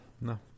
No